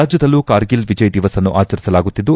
ರಾಜ್ಯದಲ್ಲೂ ಕಾರ್ಗಿಲ್ ವಿಜಯ್ ದಿವಸ್ನ್ನು ಆಚರಿಸಲಾಗುತ್ತಿದ್ದು